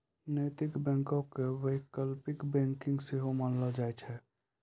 नैतिक बैंको के वैकल्पिक बैंकिंग सेहो मानलो जाय छै